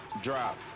drop